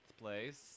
place